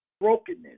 brokenness